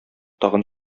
тагын